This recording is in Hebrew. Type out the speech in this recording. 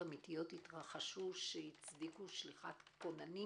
אמתיות התרחשו, שהצדיקו שליחת כוננים